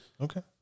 Okay